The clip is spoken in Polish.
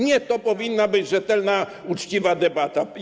Nie, to powinna być rzetelna, uczciwa debata.